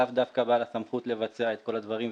לאו דווקא בעל הסמכות לבצע את כל הדברים,